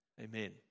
amen